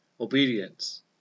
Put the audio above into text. obedience